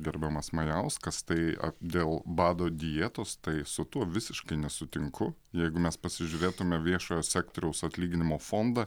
gerbiamas majauskas tai dėl bado dietos tai su tuo visiškai nesutinku jeigu mes pasižiūrėtume viešojo sektoriaus atlyginimo fondą